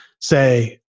say